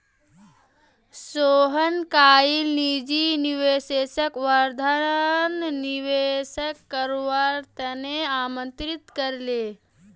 सोहन कईल निजी निवेशकक वर्धात निवेश करवार त न आमंत्रित कर ले